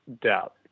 doubt